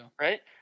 Right